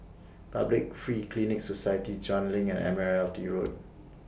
Public Free Clinic Society Chuan LINK and Admiralty Road